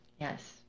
Yes